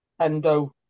Endo